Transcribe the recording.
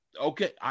Okay